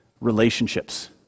Relationships